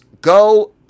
go